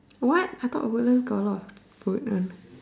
what I thought Woodlands got a lot of food one